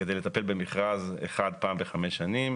כדי לטפל במכרז אחד פעם בחמש שנים.